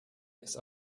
ist